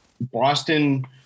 Boston